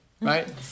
Right